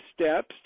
steps